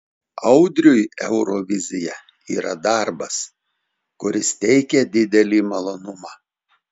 audriui eurovizija yra darbas kuris teikia didelį malonumą